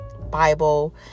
bible